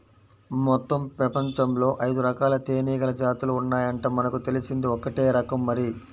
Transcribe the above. మొత్తం పెపంచంలో ఐదురకాల తేనీగల జాతులు ఉన్నాయంట, మనకు తెలిసింది ఒక్కటే రకం మరి